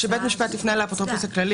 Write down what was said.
כשבית המשפט יפנה לאפוטרופוס הכללי